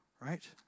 right